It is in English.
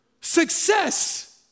success